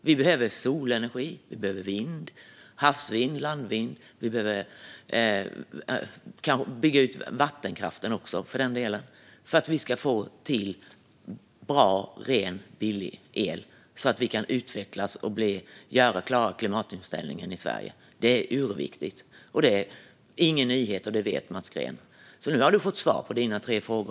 Vi behöver solenergi och vind - havsvind och landvind. Vi behöver kanske bygga ut vattenkraften också, för den delen - allt för att vi ska få till bra, ren och billig el så att vi kan utvecklas och klara klimatomställningen i Sverige. Det är urviktigt. Det är ingen nyhet, och det vet Mats Green. Så nu har ledamoten fått svar på sina tre frågor.